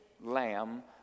lamb